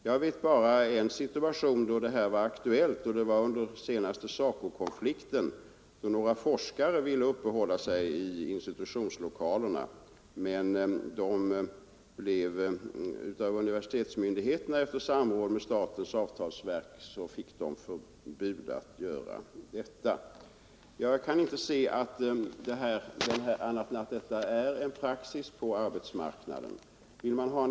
Jag erinrar mig bara en situation där det har varit aktuellt och det var under den senaste SACO-konflikten då några forskare ville uppehålla sig i institutionslokalerna, men de fick av universitetsmyndigheterna efter samråd med statens avtalsverk förbud att göra detta. Jag kan inte se annat än att detta är en praxis på arbetsmarknaden.